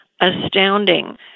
astounding